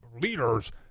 leaders